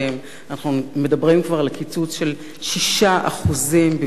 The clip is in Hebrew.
אנחנו מדברים כבר על קיצוץ של 6% בבסיס התקציב.